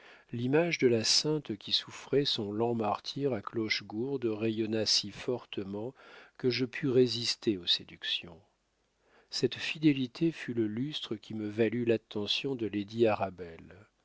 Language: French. l'image de la sainte qui souffrait son lent martyre à clochegourde rayonna si fortement que je pus résister aux séductions cette fidélité fut le lustre qui me valut l'attention de lady arabelle